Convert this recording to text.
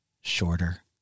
shorter